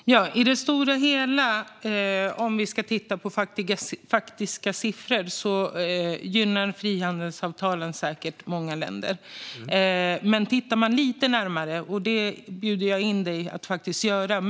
Fru talman! I det stora hela, om vi ska titta på faktiska siffror, gynnar säkert frihandelsavtal många länder. Men man kan titta lite närmare, och detta bjuder jag in dig att göra, Tobias Andersson!